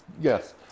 yes